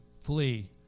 flee